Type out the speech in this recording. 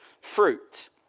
fruit